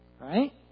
Right